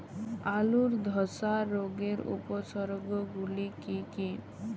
আলুর ধসা রোগের উপসর্গগুলি কি কি?